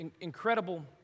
Incredible